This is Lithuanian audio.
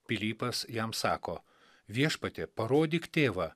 pilypas jam sako viešpatie parodyk tėvą